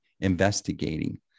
investigating